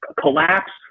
collapse